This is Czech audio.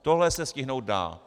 Tohle se stihnout dá.